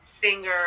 singer